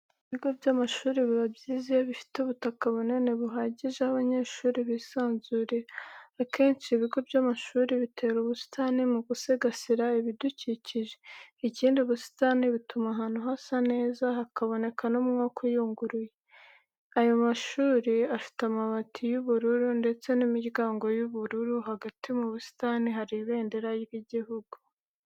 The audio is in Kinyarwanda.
Ibigo by'amashuri biba byiza iyo bifite ubutaka bunini buhagije, aho abanyeshuri bisanzurira. Akenshi ibigo by'amashuri bitera ubusitani mu gusigasira ibidukikije, ikindi ubusitani butuma ahantu hasa neza hakaboneka n'umwuka uyunguruye. Aya mashuri afite amabati y'ubururu ndetse n'imiryango y'ubururu. Hagati mu busitani hari ibendera ry'igihugu.